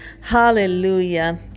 Hallelujah